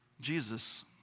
Jesus